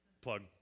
Plug